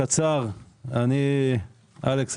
אלכס,